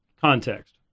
context